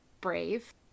brave